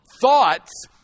thoughts